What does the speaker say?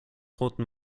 rotem